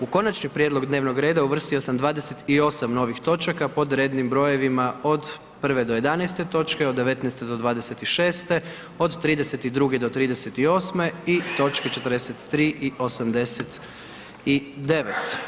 U Konačni prijedlog dnevnog reda uvrstio sam 28 novih točaka pod rednim brojevima od 1. do 11. točke, od 19. do 26., od 32. do 38. i točke 43 i 89.